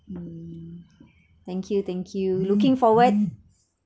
mm thank you thank you looking forward